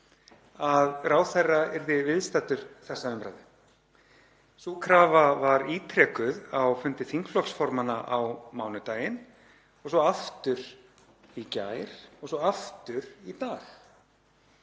að ráðherra yrði viðstaddur þessa umræðu. Sú krafa var ítrekuð á fundi þingflokksformanna á mánudaginn og svo aftur í gær og svo aftur í dag.